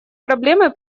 проблемы